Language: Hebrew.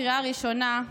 קריאה ראשונה,